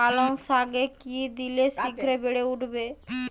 পালং শাকে কি দিলে শিঘ্র বেড়ে উঠবে?